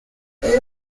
they